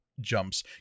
jumps